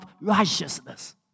righteousness